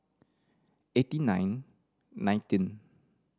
eighty nine nineteen